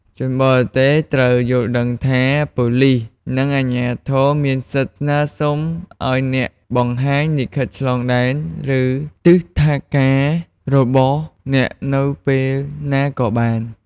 ជនបរទេសត្រូវយល់ដឹងថា ប៉ូលិស ឬអាជ្ញាធរមានសិទ្ធិស្នើសុំឱ្យអ្នកបង្ហាញលិខិតឆ្លងដែន ឬ ទិដ្ឋាការ របស់អ្នកនៅពេលណាក៏បាន។